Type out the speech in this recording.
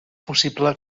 possible